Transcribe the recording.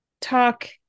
talk